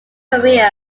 career